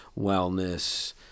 wellness